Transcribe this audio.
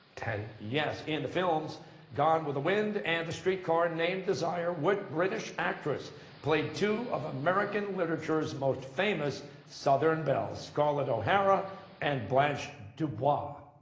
ten. costa yes. in the films gone with the wind and a streetcar named desire, what british actress played two of american literature's most famous southern belles, scarlett o'hara and blanche dubois?